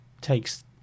takes